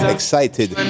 Excited